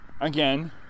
Again